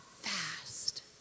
fast